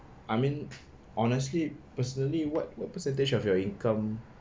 I mean honestly personally what what percentage of your income